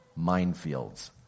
minefields